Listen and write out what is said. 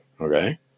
Okay